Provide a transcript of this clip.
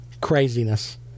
craziness